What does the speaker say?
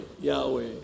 Yahweh